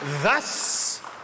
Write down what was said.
thus